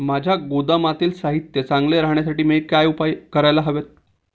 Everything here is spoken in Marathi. माझ्या गोदामातील साहित्य चांगले राहण्यासाठी मी काय उपाय काय करायला हवेत?